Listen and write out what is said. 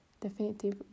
definitive